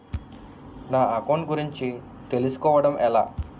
నా అకౌంట్ గురించి తెలుసు కోవడం ఎలా?